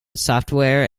software